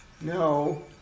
No